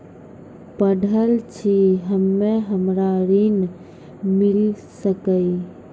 पढल छी हम्मे हमरा ऋण मिल सकई?